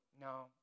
No